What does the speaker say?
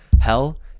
hell